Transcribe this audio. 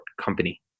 company